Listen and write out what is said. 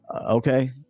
Okay